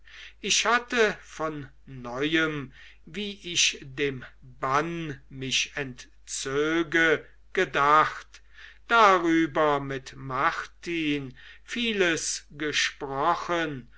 ich hatte von neuem wie ich dem bann mich entzöge gedacht darüber mit martin vieles gesprochen